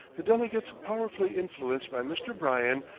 the delegates, powerfully influenced by mr. bryan,